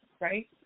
right